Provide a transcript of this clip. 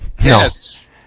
Yes